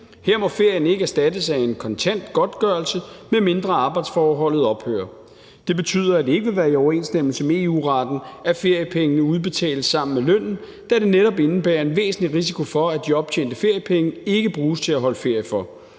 Her må ferien ikke erstattes af en kontant godtgørelse, medmindre arbejdsforholdet ophører. Det betyder, at det ikke vil være i overensstemmelse med EU-retten, at feriepengene udbetales sammen med lønnen, da det netop indebærer en væsentlig risiko for, at de optjente feriepenge ikke bruges til at holde ferie for.